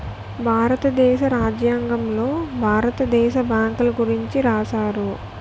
భారతదేశ రాజ్యాంగంలో భారత దేశ బ్యాంకుల గురించి రాశారు